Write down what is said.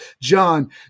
John